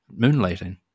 moonlighting